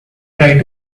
try